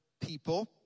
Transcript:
people